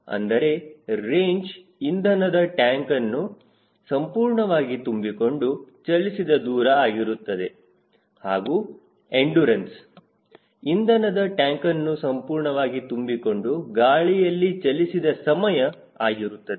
ಅಂದರೆ ರೇಂಜ್ ಇಂಧನದ ಟ್ಯಾಂಕ್ನ್ನು ಸಂಪೂರ್ಣವಾಗಿ ತುಂಬಿಕೊಂಡು ಚಲಿಸಿದ ದೂರ ಆಗಿರುತ್ತದೆ ಹಾಗೂ ಎಂಡುರನ್ಸ್ ಇಂಧನದ ಟ್ಯಾಂಕ್ನ್ನು ಸಂಪೂರ್ಣವಾಗಿ ತುಂಬಿಕೊಂಡು ಗಾಳಿಯಲ್ಲಿ ಚಲಿಸಿದ ಸಮಯ ಆಗಿರುತ್ತದೆ